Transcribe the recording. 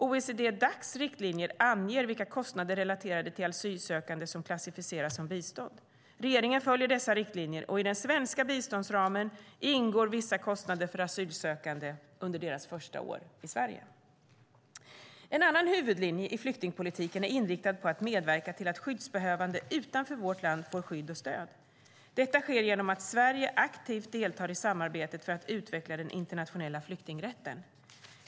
OECD Dacs riktlinjer anger vilka kostnader relaterade till asylsökande som klassificeras som bistånd. Regeringen följer dessa riktlinjer, och i den svenska biståndsramen ingår vissa kostnader för asylsökande under deras första år i Sverige. En annan huvudlinje i flyktingpolitiken är inriktad på att medverka till att skyddsbehövande utanför vårt land får skydd och stöd. Detta sker genom att Sverige aktivt deltar i samarbetet för att utveckla den internationella flyktingrätten.